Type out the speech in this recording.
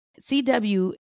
CW